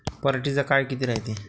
पराटीचा काळ किती रायते?